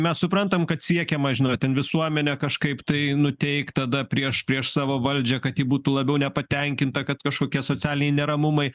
mes suprantam kad siekiama žinot ten visuomenę kažkaip tai nuteikt tada prieš prieš savo valdžią kad ji būtų labiau nepatenkinta kad kažkokie socialiniai neramumai